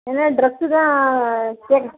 என்ன ட்ரெஸ்ஸு தான் செ